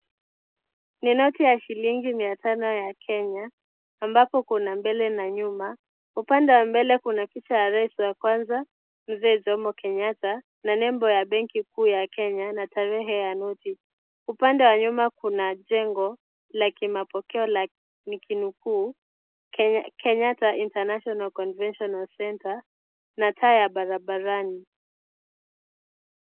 Ni noti ya shilingi mia tano ya Kenya, ambapo kuna mbele na nyuma, upande wa mbele kuna picha ya rais wa kwanza, mzee Jomo Kenyatta na nembo ya benki kuu ya Kenya na tarehe ya noti. Upande wa nyuma kuna jengo la kimapokeo nikinukuu, Kenyatta International conventional centre na taa ya barabarani.